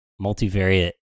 multivariate